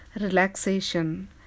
relaxation